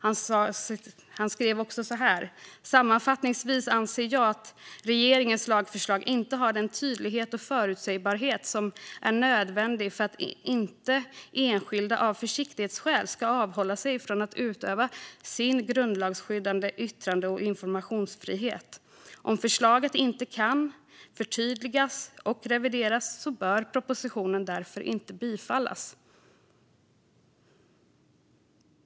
Han fortsätter: "Sammanfattningsvis anser jag att regeringens lagförslag inte har den tydlighet och förutsägbarhet som är nödvändig för att inte enskilda av försiktighetsskäl ska avhålla sig från att utöva sin grundlagsskyddade yttrande och informationsfrihet. Om förslaget inte kan förtydligas och revideras bör propositionen därför inte bifallas."